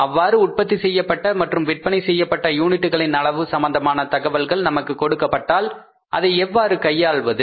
அவ்வாறு உற்பத்தி செய்யப்பட்ட மற்றும் விற்பனை செய்யப்பட்ட யூனிட்களின் அளவு சம்பந்தமான தகவல்கள் நமக்கு கொடுக்கப்பட்டால் அதை எவ்வாறு கையாள்வது